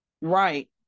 Right